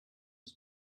was